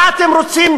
מה אתם רוצים?